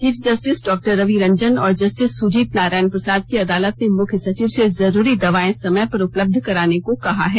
chief justice doctor Ravi Ranjan और justice Sujit Narayan Prasad की अदालत ने मुख्य सचिव से जरूरी दवाएं समय पर उपलब्ध कराने को कहा है